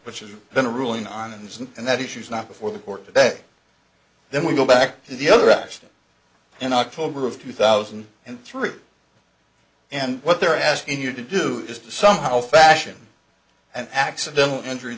which is then ruling on ns and that issue is not before the court today then we go back to the other option in october of two thousand and three and what they're asking you to do is to somehow fashion an accidental injury